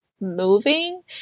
moving